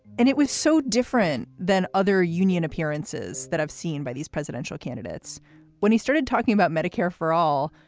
and it was so different than other union appearances that i've seen by these presidential candidates when he started talking about medicare for all,